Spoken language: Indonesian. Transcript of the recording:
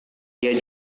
dia